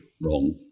wrong